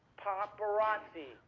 paparazzi.